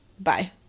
bye